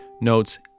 notes